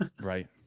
right